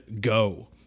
go